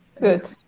good